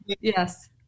Yes